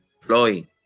Floyd